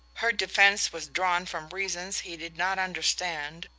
her defense was drawn from reasons he did not understand,